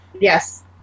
Yes